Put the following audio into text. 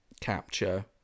capture